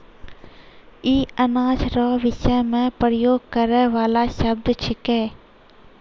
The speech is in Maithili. ई अनाज रो विषय मे प्रयोग करै वाला शब्द छिकै